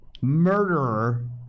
murderer